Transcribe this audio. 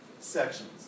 sections